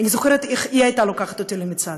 אני זוכרת איך היא הייתה לוקחת אותי למצעד.